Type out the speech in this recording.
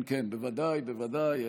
כן, כן, בוודאי, בוודאי,